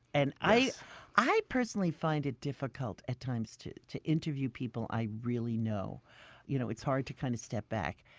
and i i personally find it difficult at times to to interview people i really know you know it's hard to kind of step back.